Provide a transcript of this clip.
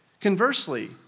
Conversely